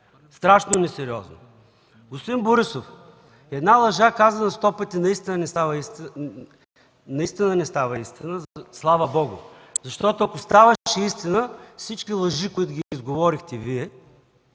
страшно несериозно. Господин Борисов, една лъжа, казана сто пъти, наистина не става истина, слава Богу, защото ако ставаше истина, всички лъжи, които Вие изговорихте през